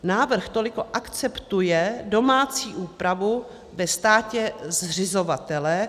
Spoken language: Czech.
Návrh toliko akceptuje domácí úpravu ve státě zřizovatele.